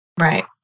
Right